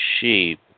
sheep